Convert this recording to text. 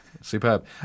Superb